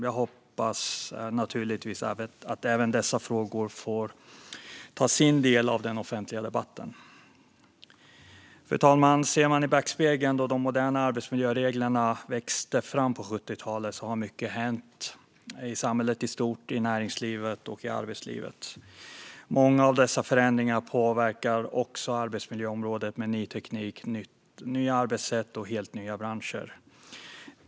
Jag hoppas naturligtvis att även dessa frågor får ta sin del av den offentliga debatten. Fru talman! Tittar man i backspegeln till då de moderna arbetsmiljöreglerna växte fram på 70-talet ser man att mycket har hänt i samhället i stort, i näringslivet och i arbetslivet. Många av dessa förändringar påverkar också arbetsmiljöområdet med ny teknik, nya arbetssätt och helt nya branscher.